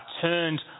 turned